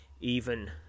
even